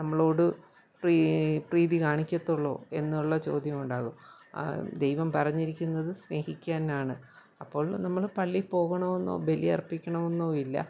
നമ്മളോട് പ്രീതി കാണിക്കത്തൊളളൂ എന്നുള്ള ചോദ്യമുണ്ടാകും ദൈവം പറഞ്ഞിരിക്കുന്നത് സ്നേഹിക്കാനാണ് അപ്പോൾ നമ്മൾ പള്ളിയിൽ പോകണമെന്നോ ബലിയർപ്പിക്കണമെന്നോ ഇല്ല